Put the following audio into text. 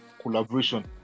collaboration